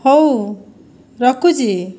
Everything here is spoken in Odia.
ହେଉ ରଖୁଛି